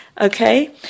okay